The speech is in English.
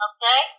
Okay